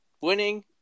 winning